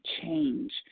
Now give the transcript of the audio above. change